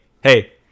hey